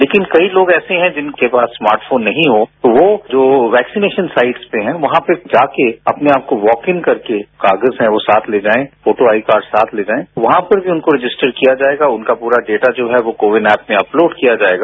लेकिन कई लोग ऐसे हैं जिनके पास स्मार्ट फोन नहीं हो वो जो वैक्सीनेशन साइट्स पे हैं वहां पे जाके अपने आपको लॉग इन करके कागज हैं वो साथ ले जाएं फोटो आईकार्ड साथ ले जाएं वहां पर भी उनको रजिस्टर किया जाएगा और उनका पुरा डेटा जो है को विन ऐप में अपलोड किया जाएगा